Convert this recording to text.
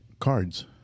cards